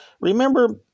Remember